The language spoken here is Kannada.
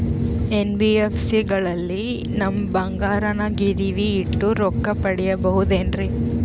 ಎನ್.ಬಿ.ಎಫ್.ಸಿ ಗಳಲ್ಲಿ ನಮ್ಮ ಬಂಗಾರನ ಗಿರಿವಿ ಇಟ್ಟು ರೊಕ್ಕ ಪಡೆಯಬಹುದೇನ್ರಿ?